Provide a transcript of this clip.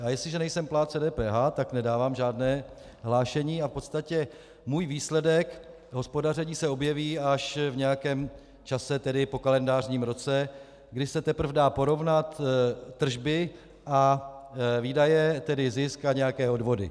A jestliže nejsem plátcem DPH, tak nedávám žádné hlášení a v podstatě můj výsledek hospodaření se objeví až v nějakém čase, tedy po kalendářním roce, kdy se teprve dají porovnat tržby a výdaje, tedy zisk a nějaké odvody.